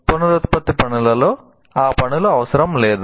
పునరుత్పత్తి పనులలో ఆ పనులు అవసరం లేదు